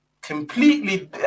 Completely